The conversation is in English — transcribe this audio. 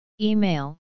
Email